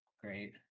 great